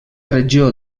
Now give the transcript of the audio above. regió